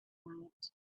night